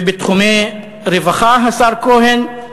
ובתחומי רווחה, השר כהן,